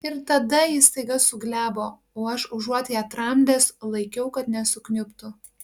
ir tada ji staiga suglebo o aš užuot ją tramdęs laikiau kad nesukniubtų